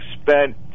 spent